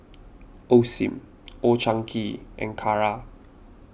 Osim Old Chang Kee and Kara